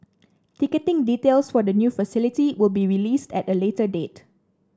ticketing details for the new facility will be released at a later date